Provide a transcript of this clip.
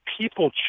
people